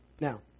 Now